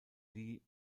lee